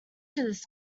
this